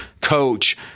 coach